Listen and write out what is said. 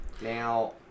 Now